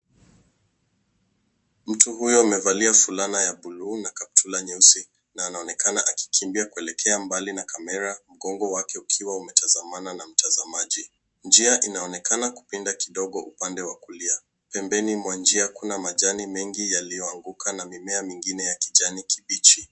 Mtu huyu amevalia vulana ya bluu na kaptula nyeusi na anaonekana akikimbia kuelekea mbali na kamera mkongo wake akiwa ametasamana na mtazaji. Njia inaonekana kupinda kidogo upande wa kulia, pembeni mwa njia kuna majani mengi yalioanguka na mimea mengine ya kijani kibichi.